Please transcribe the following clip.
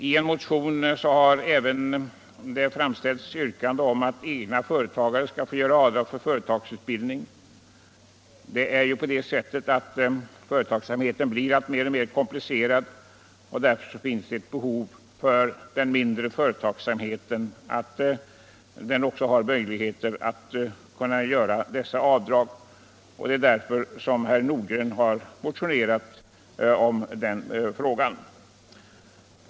I en motion har det också framställts yrkande om att egenföretagare skall få göra avdrag för företagsutbildning. Företagsamheten blir ju alltmer komplicerad, och den mindre företagsamheten har behov av att kunna göra avdrag för sådan företagsutbildning. Herr Nordgren har därför motionerat i den frågan.